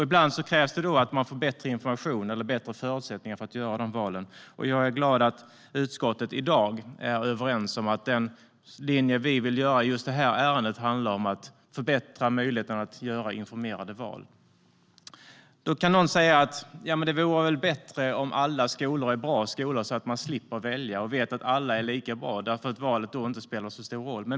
Ibland krävs det att man får bättre information eller bättre förutsättningar för att göra de valen, och jag är glad att utskottet i dag är överens om att den linje vi vill dra i just det här ärendet handlar om att förbättra möjligheten att göra informerade val. Då kan någon säga: Men det vore väl bättre om alla skolor var bra skolor, så att man slipper välja och vet att alla är lika bra - då spelar ju valet inte så stor roll?